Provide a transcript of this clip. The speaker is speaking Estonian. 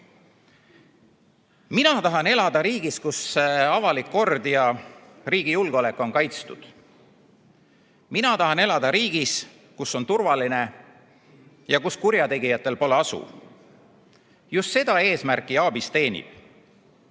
all. Mina tahan elada riigis, kus avalik kord ja riigi julgeolek on kaitstud. Mina tahan elada riigis, kus on turvaline ja kus kurjategijatel pole asu. Just seda eesmärki ABIS teenib.